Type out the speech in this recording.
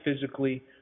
physically